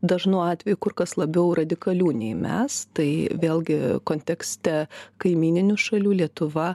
dažnu atveju kur kas labiau radikalių nei mes tai vėlgi kontekste kaimyninių šalių lietuva